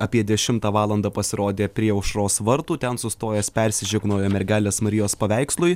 apie dešimtą valandą pasirodė prie aušros vartų ten sustojęs persižegnojo mergelės marijos paveikslui